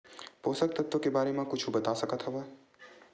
पोषक तत्व के बारे मा कुछु बता सकत हवय?